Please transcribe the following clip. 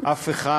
אף אחד